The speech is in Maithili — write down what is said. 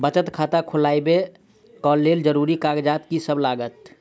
बचत खाता खोलाबै कऽ लेल जरूरी कागजात की सब लगतइ?